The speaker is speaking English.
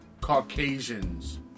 Caucasians